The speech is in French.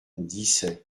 dissay